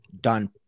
done